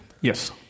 Yes